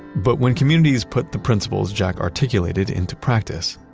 but when communities put the principles jack articulated into practice,